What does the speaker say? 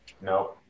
No